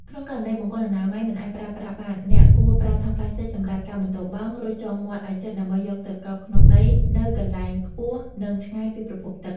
ក្នុងករណីបង្គន់អនាម័យមិនអាចប្រើប្រាស់បាន អ្នកគួរប្រើថង់ប្លាស្ទិកសម្រាប់ការបន្ទោបង់ រួចចងមាត់ឱ្យជិតដើម្បីយកទៅកប់ក្នុងដីនៅកន្លែងខ្ពស់ និងឆ្ងាយពីប្រភពទឹក។